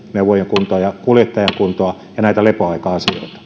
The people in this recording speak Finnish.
kuntoa ja kuljettajien kuntoa ja näitä lepoaika asioita